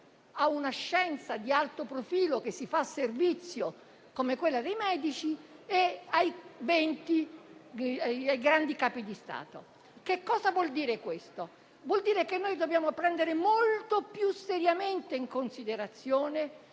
a una scienza di alto profilo che si fa servizio, come quella dei medici, e ai 20 grandi Capi di Stato e di Governo. Cosa vuol dire questo? Vuol dire che dobbiamo prendere molto più seriamente in considerazione